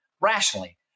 rationally